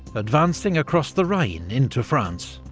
advancing across the rhine into france.